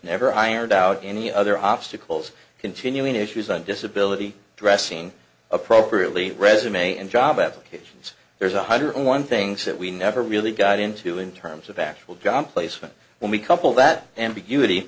never ironed out any other obstacles continuing issues on disability dressing appropriately resume and job applications there's one hundred one things that we never really got into in terms of actual gun placement when we couple that ambiguity